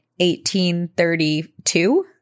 1832